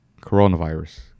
coronavirus